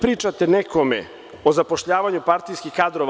Pričate nekome o zapošljavanju partijskih kadrova.